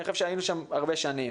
כי אני חושב שהיינו שם הרבה שנים.